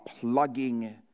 plugging